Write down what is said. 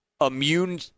immune